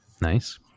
Nice